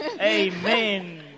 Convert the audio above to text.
Amen